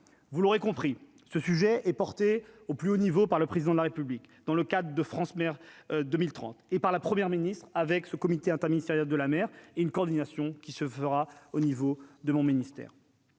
vous l'aurez compris ce sujet est porté au plus haut niveau par le président de la République dans le cadre de France 2030 et par la première ministre avec ce comité interministériel de la mer et une coordination qui se fera au niveau de mon ministère,